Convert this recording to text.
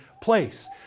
place